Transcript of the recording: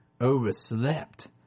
overslept